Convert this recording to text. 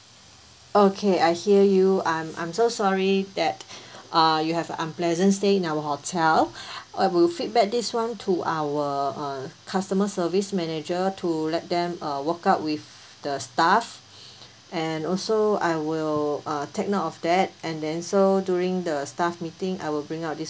okay I hear you I'm I'm so sorry that uh you have a unpleasant stay in our hotel I will feedback this [one] to our uh customer service manager to let them uh work out with the staff and also I will uh take note of that and then so during the staff meeting I will bring out this